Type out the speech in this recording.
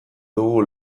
dugu